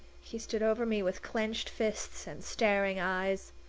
he stood over me with clenched fists and starting eyes.